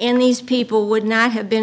and these people would not have been